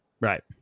right